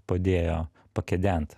padėjo pakedent